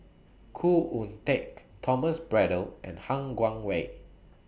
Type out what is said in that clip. Khoo Oon Teik Thomas Braddell and Han Guangwei